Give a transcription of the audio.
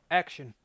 action